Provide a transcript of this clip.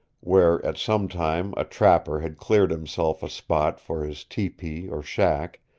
where at some time a trapper had cleared himself a spot for his tepee or shack,